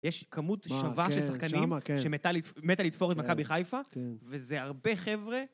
יש כמות שווה של שחקנים שמתה לתפור את מכבי חיפה וזה הרבה חבר'ה